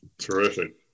terrific